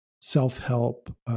self-help